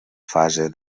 fase